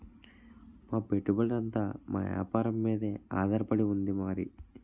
మా పెట్టుబడంతా మా వేపారం మీదే ఆధారపడి ఉంది మరి